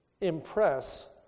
impress